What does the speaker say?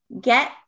get